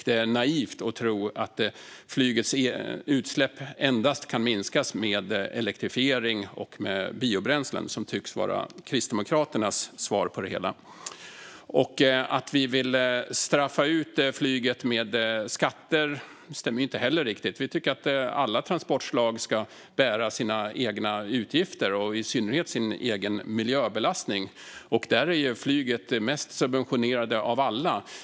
Det är naivt att tro att flygets utsläpp endast kan minskas med elektrifiering och biobränslen, vilket tycks vara Kristdemokraternas svar på det hela. Att vi vill straffa ut flyget med skatter stämmer inte heller riktigt. Vi tycker att alla transportslag ska bära sina egna utgifter och i synnerhet sin egen miljöbelastning. Flyget är det mest subventionerade av alla transportslag.